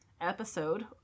episode